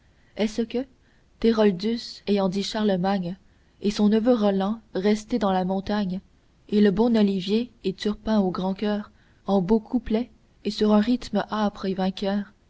est-ce que théroldus ayant dit charlemagne et son neveu roland resté dans la montagne et le bon olivier et turpin au grand coeur en beaux couplets et sur un rythme âpre et vainqueur